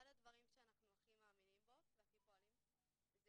אחד הדברים שאנחנו הכי מאמינים בו והכי פועלים זה